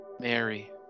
Mary